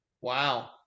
wow